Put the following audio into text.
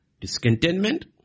Discontentment